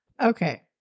Okay